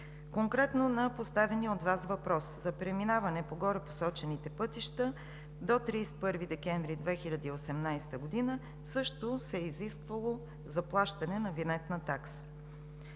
Конкретно на поставения от Вас въпрос. За преминаване по горепосочените пътища до 31 декември 2018 г. също се е изисквало заплащане на винетна такса.